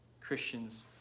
Christians